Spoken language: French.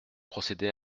procéder